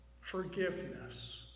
forgiveness